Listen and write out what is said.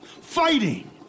Fighting